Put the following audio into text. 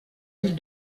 ville